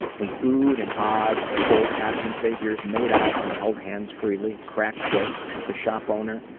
we oohed and aahed at old action figures, made out and held hands freely, cracked jokes with the shop owner,